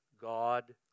God